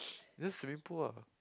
just swimming pool uh